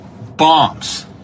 bombs